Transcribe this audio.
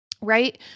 Right